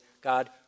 God